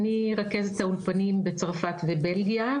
אני רכזת האולפנים בצרפת ובלגיה,